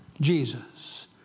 Jesus